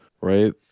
right